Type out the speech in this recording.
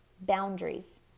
Boundaries